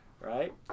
right